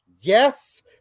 Yes